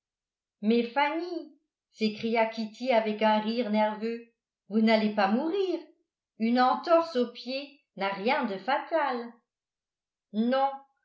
mais fanny s'écria kitty avec un rire nerveux vous n'allez pas mourir une entorse au pied n'a rien de fatal non